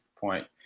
point